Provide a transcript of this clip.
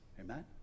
Amen